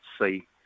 see